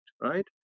right